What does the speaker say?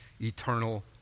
eternal